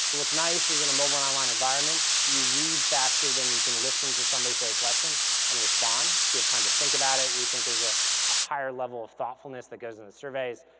so what's nice is in a mobile and online environment, you read faster, then you can listen to somebody say a question and respond so you have time to think about it. we think there's ah a higher level of thoughtfulness that goes into surveys.